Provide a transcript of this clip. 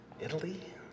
Italy